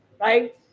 right